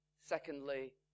Secondly